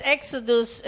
Exodus